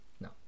No